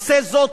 עשה זאת,